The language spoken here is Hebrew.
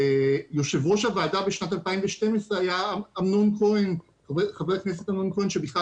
יושב ראש הוועדה בשנת 2012 היה חבר הכנסת אמנון כהן שבכלל